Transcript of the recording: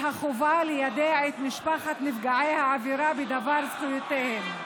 החובה ליידע את משפחת נפגעי העבירה בדבר זכויותיהם.